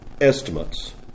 estimates